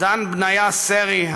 דן בניה סרי,